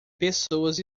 pessoas